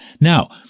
Now